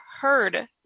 heard